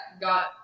got